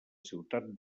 ciutat